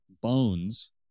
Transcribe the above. bones